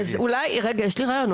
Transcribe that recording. יש לי רעיון,